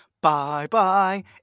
Bye-bye